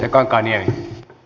herra puhemies